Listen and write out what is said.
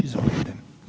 Izvolite.